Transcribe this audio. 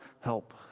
help